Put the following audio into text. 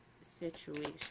situation